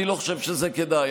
אני לא חושב שזה כדאי.